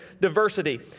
diversity